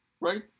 right